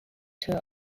tour